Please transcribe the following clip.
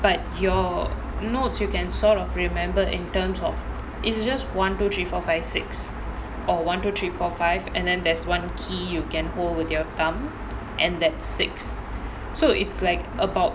but your notes you can sort of remember in terms of it's just one two three four five six or one two three four five and then there's one key you can hold with your thumb and that's six so it's like about